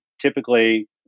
typically